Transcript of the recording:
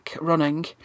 running